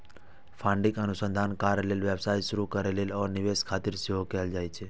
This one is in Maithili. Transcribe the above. फंडिंग अनुसंधान कार्य लेल, व्यवसाय शुरू करै लेल, आ निवेश खातिर सेहो कैल जाइ छै